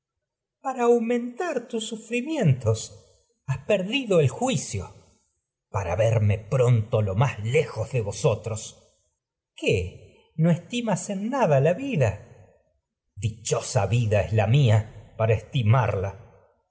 para aumentar tus sufrimientos has perdido el juicio electra para verme pronto lo más lejos de vosotros crisótemis electra qué no estimas en nada la vida la si dichosa vida es lo seria mía para estimarla